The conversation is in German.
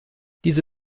diese